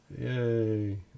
Yay